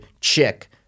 chick